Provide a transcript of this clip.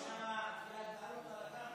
יש שם תביעת בעלות על הקרקע.